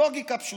לוגיקה פשוטה.